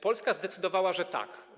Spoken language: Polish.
Polska zdecydowała, że tak.